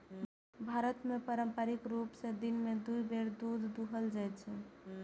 भारत मे पारंपरिक रूप सं दिन मे दू बेर दूध दुहल जाइ छै